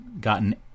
gotten